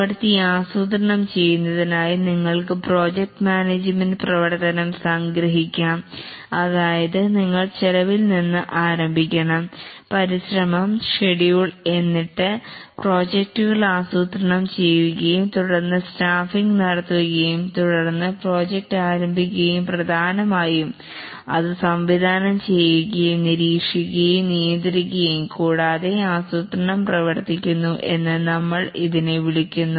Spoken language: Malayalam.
പ്രവർത്തി ആസൂത്രണം ചെയ്യുന്നതിനായി നിങ്ങൾക്ക് പ്രോജക്ട് മാനേജ്മെൻറ് പ്രവർത്തനം സംഗ്രഹിക്കാം അതായത് നിങ്ങൾ ചെലവിൽ നിന്ന് ആരംഭിക്കുണം പരിശ്രമം ഷെഡ്യൂൾ എന്നിട്ട് പ്രോജക്റ്റുകൾ ആസൂത്രണം ചെയ്യുകയും തുടർന്ന് സ്റ്റാഫിങ് നടത്തുകയും തുടർന്ന് പ്രോജക്റ്റ് ആരംഭിക്കുകയും പ്രധാനമായും അത് സംവിധാനം ചെയ്യുകയും നിരീക്ഷിക്കുകയും നിയന്ത്രിക്കുകയും കൂടാതെ ആസൂത്രണം പ്രവർത്തിക്കുന്നു എന്ന്നമ്മൾ ഇതിനെ വിളിക്കുന്നു